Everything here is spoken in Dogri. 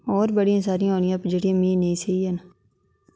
होर बड़ियां सारियां होनियां जेह्ड़ियां मिगी नेईं सेही हैन